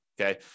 Okay